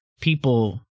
people